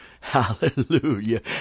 Hallelujah